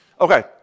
Okay